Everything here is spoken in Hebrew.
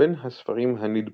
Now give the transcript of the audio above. בין הספרים הנדפסים